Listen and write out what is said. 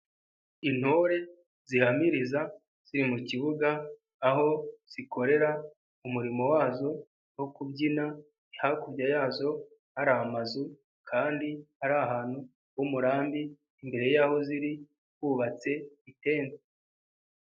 Intore zihamiriza, ziri mu kibuga, aho zikorera, umurimo wazo wo kubyina, hakurya yazo hari amazu kandi ari ahantu h'umurambi, imbere yaho ziri hubatse itente.